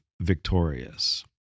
victorious